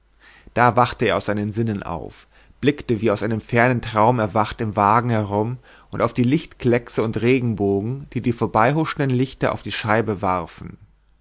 da wachte er aus seinem sinnen auf blickte wie aus einem fernen traum erwacht im wagen herum und auf die lichtkleckse und regenbogen die die vorbeihuschenden lichter auf die scheibe warfen